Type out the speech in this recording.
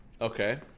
Okay